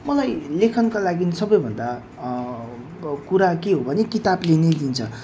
मलाई लेखनका लागि सबैभन्दा कुरा के हो भने किताबले नै दिन्छ